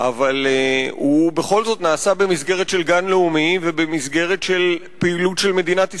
אבל הוא בכל זאת נעשה במסגרת גן לאומי ובמסגרת פעילות של מדינת ישראל.